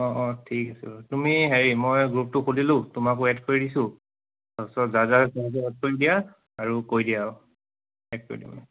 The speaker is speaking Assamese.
অঁ অঁ ঠিক আছে বাৰু তুমি হেৰি মই গ্ৰুপটো সুধিলোঁ তোমাকো এড কৰি দিছোঁ তাৰপিছত